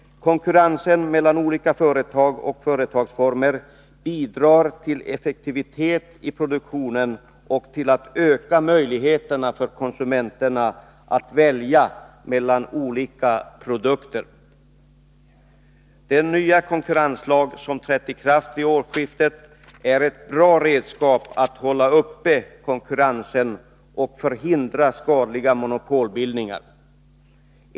Konkurrensen mellan olika företag och företagsformer bidrar till effektivitet i produktionen och till förbättring av konsumenternas möjligheter att välja mellan olika produkter. Den nya konkurrenslagen, som trätt i kraft vid årsskiftet, är ett bra redskap att hålla uppe konkurrensen och förhindra skadliga monopolbildningar.